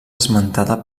esmentada